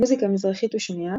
מוזיקה מזרחית הושמעה,